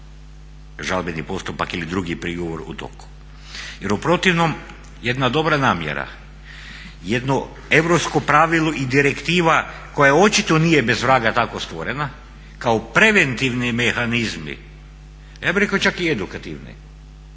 žalbeni postupak ili drugi prigovor u toku. Jer u protivnom jedna dobra namjera, jedno europsko pravilo i direktiva koja očito nije bez vraga tako stvorena kao preventivni mehanizmi, ja bih rekao čak i edukativni